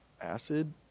acid